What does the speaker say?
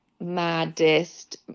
maddest